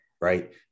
right